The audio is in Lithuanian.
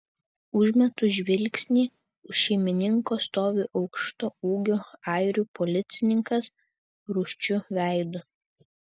užmetu žvilgsnį už šeimininko stovi aukšto ūgio airių policininkas rūsčiu veidu